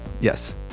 Yes